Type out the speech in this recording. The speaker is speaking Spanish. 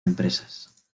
empresas